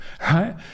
right